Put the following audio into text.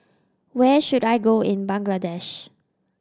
where should I go in Bangladesh